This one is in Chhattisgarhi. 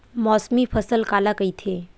मौसमी फसल काला कइथे?